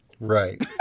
Right